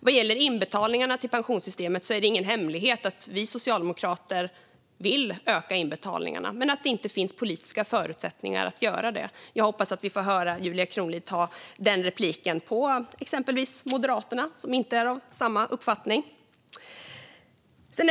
Vad gäller inbetalningarna till pensionssystemet är det ingen hemlighet att vi socialdemokrater vill öka inbetalningarna, men det finns inte politiska förutsättningar att göra det. Jag hoppas att vi får höra Julia Kronlid ta den repliken på exempelvis Moderaterna, som inte är av samma uppfattning.